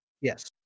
Yes